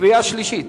קריאה שלישית?